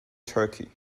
turkey